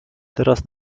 teraz